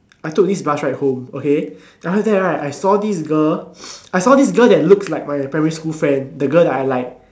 I took this bus ride home okay then after that right I saw this girl I saw this girl that looks like my primary school friend the girl that I like